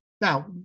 Now